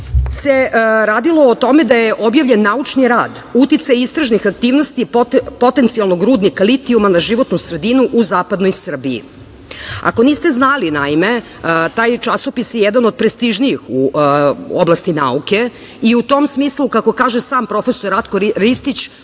radilo se o tome da je objavljen naučni rad "Uticaj istražnih aktivnosti potencijalnog rudnika litijuma na životnu sredinu u zapadnoj Srbiji". Ako niste znali, naime, taj časopis je jedan od prestižnijih u oblasti nauke i u tom smislu, kako kaže sam profesor Ratko Ristić,